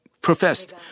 professed